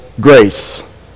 grace